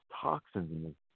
toxins